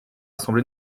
semblé